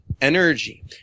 energy